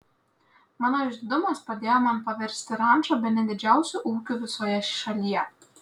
mano išdidumas padėjo man paversti rančą bene didžiausiu ūkiu visoje šalyje